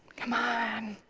come on.